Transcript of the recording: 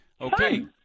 Okay